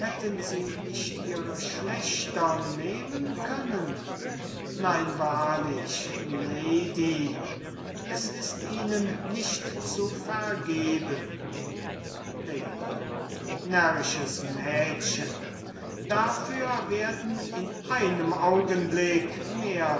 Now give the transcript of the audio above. nicht ihre schlechtern nehmen können nein wahrlich milady es ist ihnen nicht zu vergeben lady närrisches mädchen dafür werden in einem augenblick mehr